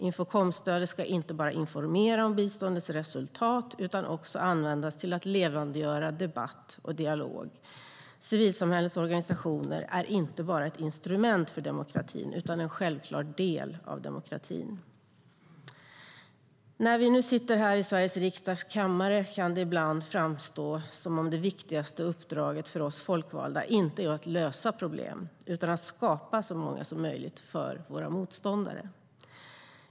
Infokomstödet ska inte bara informera om biståndets resultat utan också användas till att levandegöra debatt och dialog. Civilsamhällets organisationer är inte bara ett instrument för demokratin utan en självklar del av demokratin. När vi sitter i riksdagens kammare kan det ibland framstå som om det viktigaste uppdraget för oss folkvalda inte är att lösa problem utan att skapa så många som möjligt för våra motståndare.